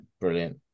brilliant